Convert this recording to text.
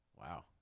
Wow